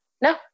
no